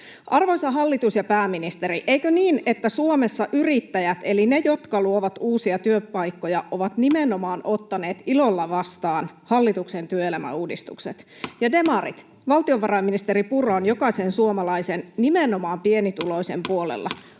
Arvoisa hallitus ja pääministeri, eikö niin, että Suomessa yrittäjät eli ne, jotka luovat uusia työpaikkoja, ovat nimenomaan ottaneet ilolla vastaan hallituksen työelämäuudistukset? Ja demarit, valtiovarainministeri Purra on jokaisen suomalaisen, nimenomaan pienituloisen,